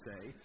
say